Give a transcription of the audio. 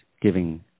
giving